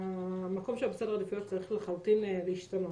והמקום שלו בסדר העדיפויות צריך לחלוטין להשתנות.